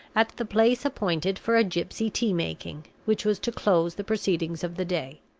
at the place appointed for a gypsy tea-making, which was to close the proceedings of the day.